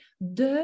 de